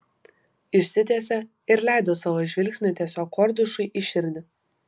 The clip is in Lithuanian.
išsitiesė ir leido savo žvilgsnį tiesiog kordušui į širdį